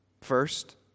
First